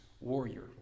warrior